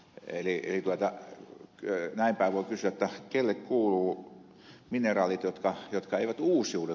eli näinpäin voi kysyä että kelle kuuluvat mineraalit jotka eivät uusiudu